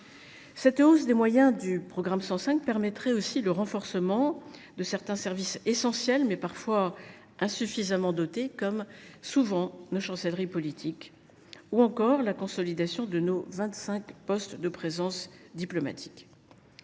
Cette hausse des moyens du programme 105 permettra aussi le renforcement de services essentiels, mais parfois insuffisamment dotés – ainsi, souvent, de nos chancelleries politiques –, ou encore la consolidation de nos 25 postes de présence diplomatique